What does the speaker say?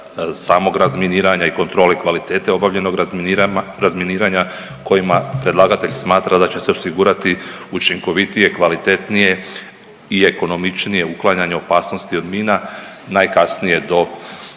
samog razminiranja i kontrole kvalitete obavljenog razminiranja kojima predlagatelj smatra da će se osigurati učinkovitije, kvalitetnije i ekonomičnije uklanjanje opasnosti od mina, najkasnije do